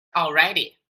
already